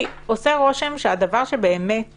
עושה רושם שהדבר שבאמת